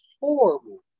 horrible